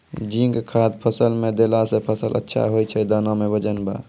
zinc खाद फ़सल मे देला से फ़सल अच्छा होय छै दाना मे वजन ब